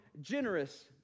generous